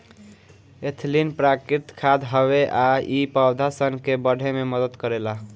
ethylene प्राकृतिक खाद हवे आ इ पौधा सन के बढ़े में मदद करेला